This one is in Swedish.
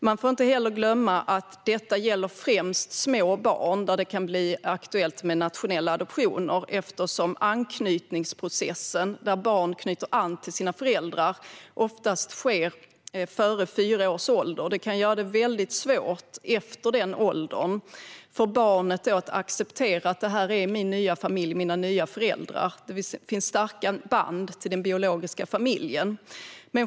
Man får inte heller glömma att det är främst när det gäller små barn som det kan bli aktuellt med nationella adoptioner, eftersom anknytningsprocessen - där barn knyter an till sina föräldrar - oftast sker före fyra års ålder. Det kan göra det väldigt svårt för barnet att efter den åldern acceptera en ny familj och nya föräldrar. Det finns starka band till den biologiska familjen.